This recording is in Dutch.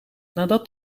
nadat